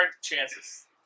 chances